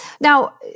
Now